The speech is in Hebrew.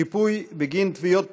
שיפוי בגין תביעות פיצויים),